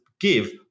give